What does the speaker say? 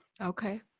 Okay